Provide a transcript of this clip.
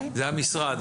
זה המשרד.